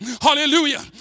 Hallelujah